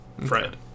Fred